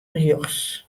rjochts